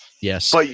Yes